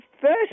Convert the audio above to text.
first